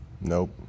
Nope